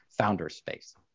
Founderspace